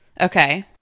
Okay